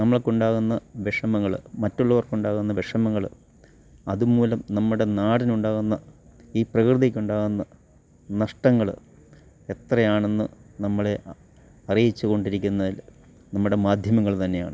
നമ്മൾക്കുണ്ടാകുന്ന വിഷമങ്ങള് മറ്റുള്ളവർക്കുണ്ടാകുന്ന വിഷമങ്ങള് അത് മൂലം നമ്മുടെ നാടിനുണ്ടാകുന്ന ഈ പ്രകൃതിക്കുണ്ടാകുന്ന നഷ്ടങ്ങള് എത്രയാണെന്ന് നമ്മളെ അറിയിച്ച് കൊണ്ടിരിക്കുന്നത് നമ്മുടെ മാധ്യമങ്ങൾ തന്നെയാണ്